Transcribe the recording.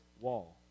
wall